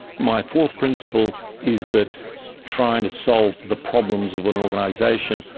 my fourth principle is that trying to solve the problems of an organisation,